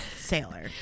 sailor